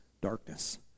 darkness